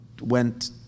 went